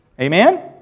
Amen